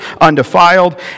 undefiled